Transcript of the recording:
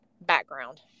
background